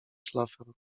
szlafrok